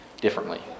differently